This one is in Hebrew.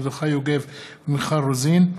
מרדכי יוגב ומיכל רוזין,